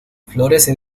florece